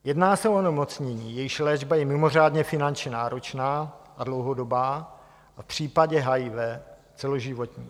Jedná se o onemocnění, jejichž léčba je mimořádně finančně náročná a dlouhodobá a v případě HIV celoživotní.